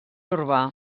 urbà